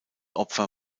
opfer